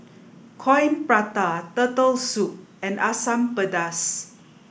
Coin Prata Turtle Soup and Asam Pedas